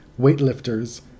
weightlifters